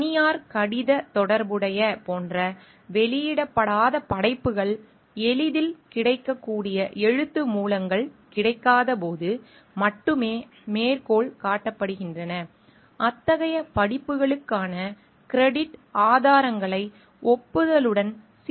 தனியார் கடிதப் தொடர்புடைய போன்ற வெளியிடப்படாத படைப்புகள் எளிதில் கிடைக்கக்கூடிய எழுத்து மூலங்கள் கிடைக்காதபோது மட்டுமே மேற்கோள் காட்டப்படுகின்றன அத்தகைய படிப்புகளுக்கான கிரெடிட் ஆதாரங்களை ஒப்புதலுடன் சிறப்பாகக் கையாள முடியும்